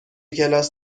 کلاس